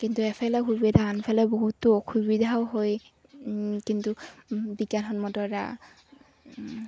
কিন্তু এফালে সুবিধা আনফালে বহুতো অসুবিধাও হয় কিন্তু বিজ্ঞানসন্মতৰ দ্বাৰা